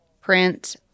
print